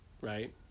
right